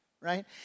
right